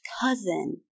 cousin